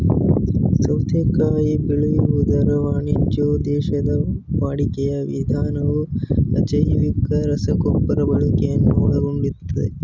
ಸೌತೆಕಾಯಿ ಬೆಳೆಯುವುದರ ವಾಣಿಜ್ಯೋದ್ದೇಶದ ವಾಡಿಕೆಯ ವಿಧಾನವು ಅಜೈವಿಕ ರಸಗೊಬ್ಬರ ಬಳಕೆಯನ್ನು ಒಳಗೊಳ್ತದೆ